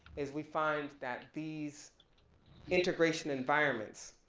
is we find that these integration environments